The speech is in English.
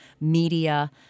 Media